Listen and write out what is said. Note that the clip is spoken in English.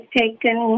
taken